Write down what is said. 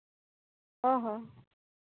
ᱦᱚᱸ ᱦᱚᱸ